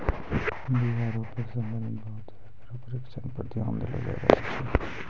बीया रोपै सें संबंधित बहुते तरह केरो परशिक्षण पर ध्यान देलो जाय रहलो छै